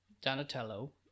Donatello